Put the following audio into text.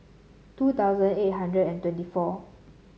two thousand eight hundred and twenty four